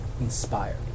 inspired